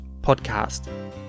podcast